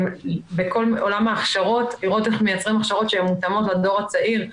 בכל עולם ההכשרות לראות איך מייצרים הכשרות שהן מותאמות לדור הצעיר,